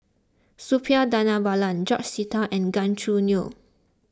Suppiah Dhanabalan George Sita and Gan Choo Neo